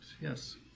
Yes